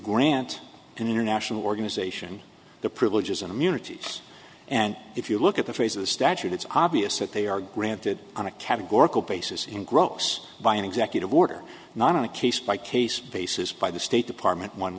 grant an international organization the privileges and immunities and if you look at the face of the statute it's obvious that they are granted on a categorical basis in gross by an executive order not on a case by case basis by the state department one